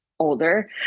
older